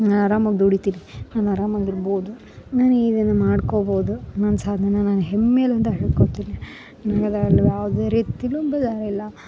ನಾನು ಅರಾಮಾಗಿ ದುಡಿತೀನಿ ನಾನು ಅರಾಮಾಗ ಇರ್ಬೋದು ನಾನು ಏನೆಲ್ಲ ಮಾಡ್ಕೊಬೋದು ನನ್ನ ಸಾಧ್ನೆನ ನಾನು ಹೆಮ್ಮೆಲಿಂದ ಹೇಳ್ಕೊತೀನಿ ಆಮೇಲೆ ಯಾವುದೇ ರೀತಿಲು ಭಯ ಇಲ್ಲ